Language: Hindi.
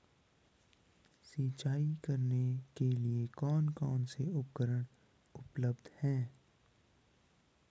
सिंचाई करने के लिए कौन कौन से उपकरण उपलब्ध हैं?